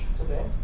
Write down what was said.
today